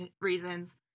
reasons